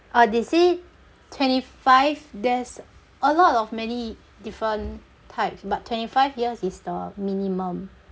uh they say twenty five there's a lot of many different types but twenty five years is the minimum